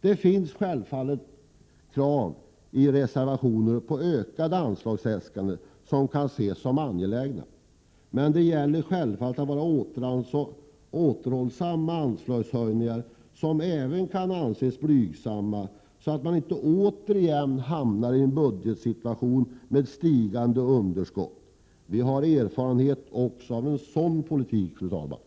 Det finns självfallet i reservationerna krav på ökade anslagsäskanden som kan ses som angelägna, men det gäller att vara återhållsam även med anslagshöjningar som kan anses blygsamma, så att man inte återigen hamnar i en budgetsituation med stigande underskott. Vi har ju erfarenhet också av en sådan politik, fru talman.